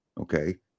Okay